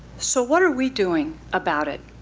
so what are we doing about it?